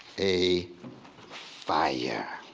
a fire.